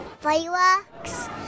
Fireworks